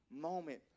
moment